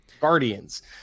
Guardians